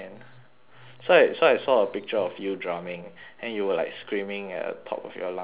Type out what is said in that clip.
so I so I saw a picture of you drumming then you were like screaming at the top of your lungs that kind of thing